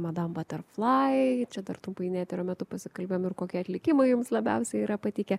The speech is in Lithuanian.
madam baterflai čia dar trumpai ne eterio metu pasikalbėjome ir kokie atlikimai jums labiausiai yra patikę